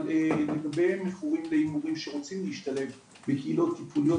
אבל לגבי המכורים להימורים שרוצים להשתלב בקהילות טיפוליות,